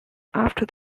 after